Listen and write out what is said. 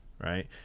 right